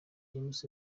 james